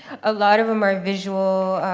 a lot of them are visual